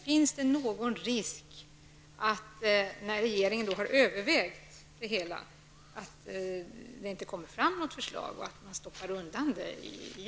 Finns det någon risk när regeringen har övervägt frågan att man inte kommer fram till något förslag?